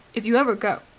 if you ever go,